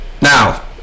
Now